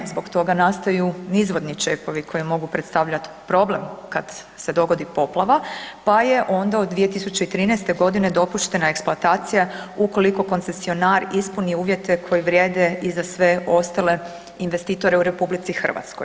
Zbog toga nastaju nizvodni čepovi koji mogu predstavljati problem kad se dogodi poplava, pa je onda od 2013. g. dopuštena eksploatacija ukoliko koncesionar ispuni uvjete koji vrijede i za sve ostale investitore u RH.